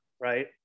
right